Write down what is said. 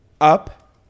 up